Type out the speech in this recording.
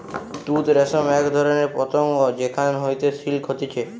তুত রেশম এক ধরণের পতঙ্গ যেখান হইতে সিল্ক হতিছে